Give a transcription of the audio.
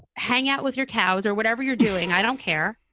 hang out with your cows or whatever you're doing. i don't care.